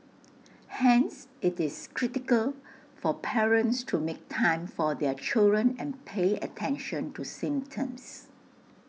hence IT is critical for parents to make time for their children and pay attention to symptoms